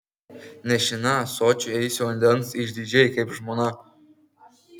nešina ąsočiu eisiu vandens išdidžiai kaip žmona